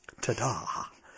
Ta-da